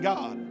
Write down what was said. God